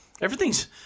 Everything's